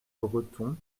breton